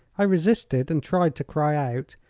i resisted and tried to cry out.